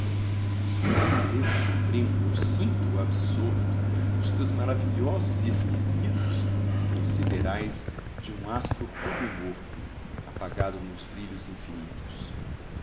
num enlevo supremo eu sinto absorto os teus maravilhosos e esquisitos tons siderais de um astro rubro e morto apagado nos brilhos infinitos